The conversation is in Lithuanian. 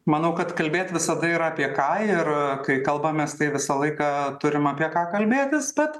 manau kad kalbėt visada yra apie ką ir kai kalbamės tai visą laiką turim apie ką kalbėtis bet